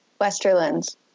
Westerlands